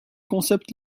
concepts